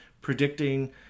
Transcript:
predicting